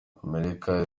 amerika